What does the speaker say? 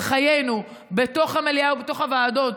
על חיינו בתוך המליאה ובתוך הוועדות,